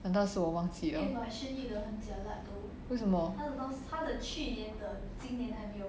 难道是我忘记了为什么